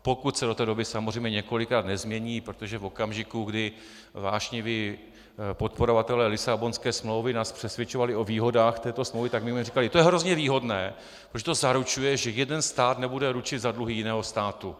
Pokud se do té doby samozřejmě několikrát nezmění, protože v okamžiku, kdy vášnivější podporovatelé Lisabonské smlouvy nás přesvědčovali o výhodách této smlouvy, tak my jsme říkali, to je hrozně výhodné, protože to zaručuje, že jeden stát nebude ručit za dluhy jiného státu.